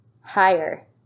higher